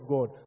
God